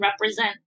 represent